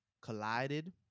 collided